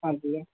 ਹਾਂਜੀ